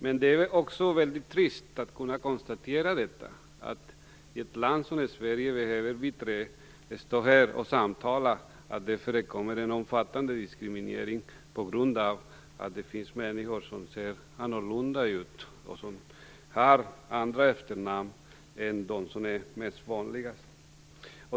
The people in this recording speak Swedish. Men det är också väldigt trist att kunna konstatera att vi tre i ett land som Sverige behöver stå här och samtala om att det förekommer en omfattande diskriminering på grund av att det finns människor som ser annorlunda ut och som har andra efternamn än de mest vanliga.